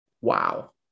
Wow